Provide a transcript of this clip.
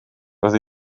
roedd